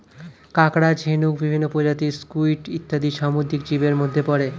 কাঁকড়া, ঝিনুক, বিভিন্ন প্রজাতির স্কুইড ইত্যাদি সামুদ্রিক জীবের মধ্যে পড়ে